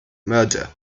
murder